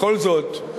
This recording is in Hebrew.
בכל זאת,